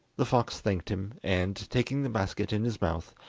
the fox thanked him, and, taking the basket in his mouth,